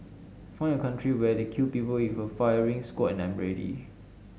find a country where they kill people with a firing squad and I'm ready